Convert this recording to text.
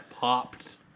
popped